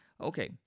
okay